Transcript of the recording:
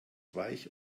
weich